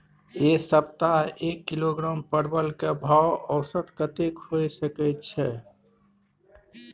ऐ सप्ताह एक किलोग्राम परवल के भाव औसत कतेक होय सके छै?